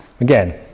Again